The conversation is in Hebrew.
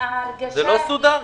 זה לא סודר?